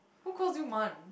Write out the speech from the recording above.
who calls you mun